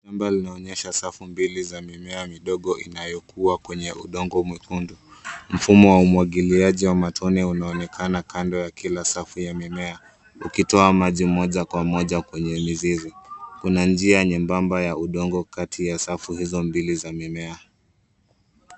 Picha linaonyesha safu mbili za mimea midogo inayokua kwenye udongo mwekundu. Mfumo wa umwagiliaji wa matone unaonekana kando ya kila safu ya mimea, ukitoa maji moja kwa moja kwenye mizizi. Kuna njia nyembamba ya udongo Kati ya Safi hizo mbili za mimea.